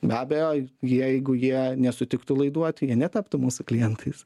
be abejo jeigu jie nesutiktų laiduoti jie netaptų mūsų klientais